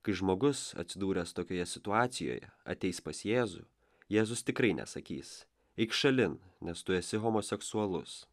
kai žmogus atsidūręs tokioje situacijoj ateis pas jėzų jėzus tikrai nesakys eik šalin nes tu esi homoseksualus